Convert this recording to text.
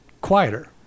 quieter